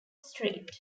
street